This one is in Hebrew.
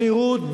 בשירות,